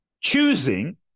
choosing